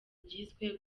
ryiswe